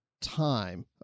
time